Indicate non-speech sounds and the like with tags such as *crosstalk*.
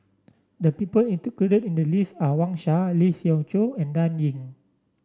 the people *unintelligible* in the list are Wang Sha Lee Siew Choh and Dan Ying